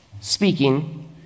speaking